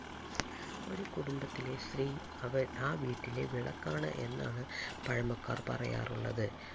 ഒരു കുടുംബത്തിലെ സ്ത്രീ അവർ ആ വീട്ടിലെ വിളക്കാണ് എന്നാണു പഴമക്കാർ പറയാറുള്ളത്